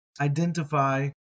identify